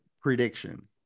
prediction